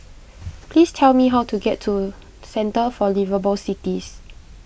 please tell me how to get to Centre for Liveable Cities